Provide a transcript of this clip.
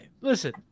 listen